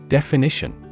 Definition